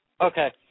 Okay